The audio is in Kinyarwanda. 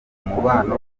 umubano